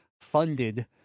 funded